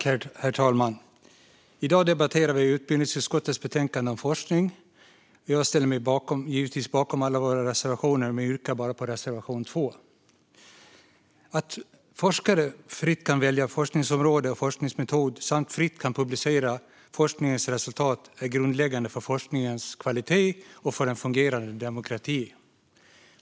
Herr talman! I dag debatterar vi utbildningsutskottets betänkande om forskning. Jag ställer mig givetvis bakom alla våra reservationer, men jag yrkar bifall bara till reservation 2. Att forskare fritt kan välja forskningsområde och forskningsmetod samt fritt kan publicera forskningens resultat är grundläggande för forskningens kvalitet och för en fungerande demokrati.